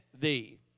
thee